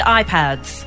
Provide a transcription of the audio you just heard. iPads